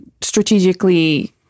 strategically